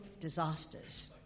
disasters